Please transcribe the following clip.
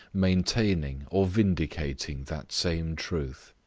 maintaining, or vindicating that same truth.